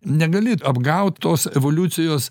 negali apgaut tos evoliucijos